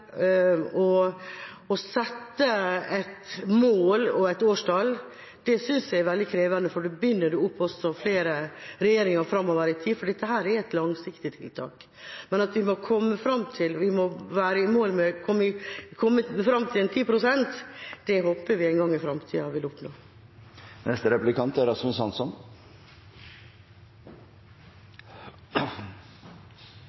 å sette et mål og et årstall synes jeg er veldig krevende, for da binder man opp flere regjeringer framover. Dette er et langsiktig tiltak. Men at man kommer opp i 10 pst., håper jeg at vi en gang i fremtiden vil oppnå. Kristelig Folkeparti har støttet et statsbudsjett som trekker tilbake 5 mrd. kr i egenkapital fra Statkraft, noe som er